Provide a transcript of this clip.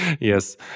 Yes